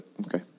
okay